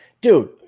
dude